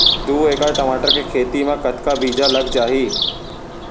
दू एकड़ टमाटर के खेती मा कतका बीजा लग जाही?